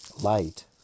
light